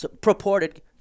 purported